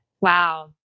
Wow